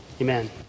Amen